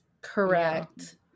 Correct